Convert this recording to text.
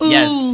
Yes